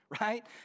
right